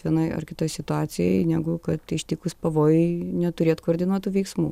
vienoj ar kitoj situacijoj negu kad ištikus pavojui neturėt koordinuotų veiksmų